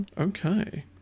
Okay